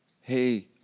Hey